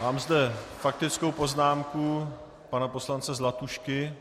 Mám zde faktickou poznámku pana poslance Zlatušky.